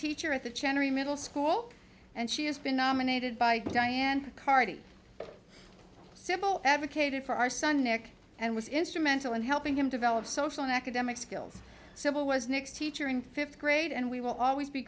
teacher at the cherry middle school and she has been nominated by diane carty civil advocated for our son nick and was instrumental in helping him develop social and academic skills civil was next teacher in fifth grade and we will always be